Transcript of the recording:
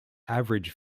average